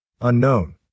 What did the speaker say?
Unknown